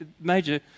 major